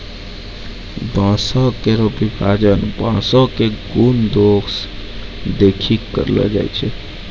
बांसों केरो विभाजन बांसों क गुन दोस देखि कॅ करलो जाय छै